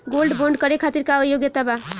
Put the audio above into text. Gold bond करे खातिर का योग्यता बा?